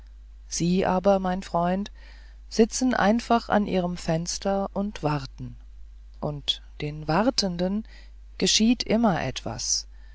sie aber mein freund sitzen einfach an ihrem fenster und warten und den wartenden geschieht immer etwas